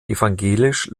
evangelisch